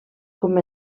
com